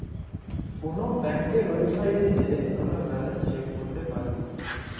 call ব্যাংকের ওয়েবসাইটে যাঁয়ে আমরা ব্যাল্যান্স চ্যাক ক্যরতে পায়